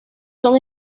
son